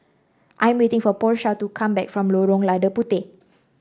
I'm waiting for Porsha to come back from Lorong Lada Puteh